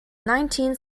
nineteen